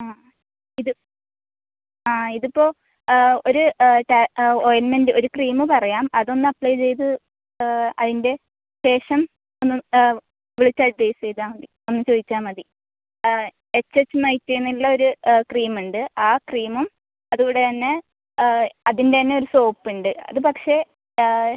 ആ ഇത് ആ ഇതിപ്പോൾ ഒരു ഓയിൻമെൻറ്റ് ഒരു ക്രീമ് പറയാം അത് ഒന്ന് അപ്ലൈ ചെയ്ത് അതിൻ്റെ ശേഷം ഒന്ന് ലൈറ്റ് ആയി പ്ലേസ് ചെയ്താൽ മതി ഒന്ന് ചോദിച്ചാൽ മതി ആ എച്ച് എച്ച് മൈറ്റ് എന്നുള്ള ഒരു ക്രീമ് ഉണ്ട് ആ ക്രീമും അത് കൂടെ തന്നെ അതിൻ്റെ തന്നെ ഒരു സോപ്പ് ഉണ്ട് അത് പക്ഷെ